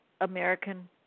American